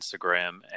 Instagram